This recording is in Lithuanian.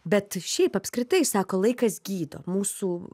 bet šiaip apskritai sako laikas gydo mūsų